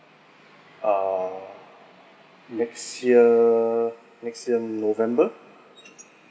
uh next year next year november